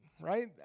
right